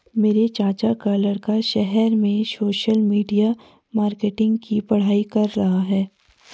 मेरे चाचा का लड़का शहर में सोशल मीडिया मार्केटिंग की पढ़ाई कर रहा है